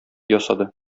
ясады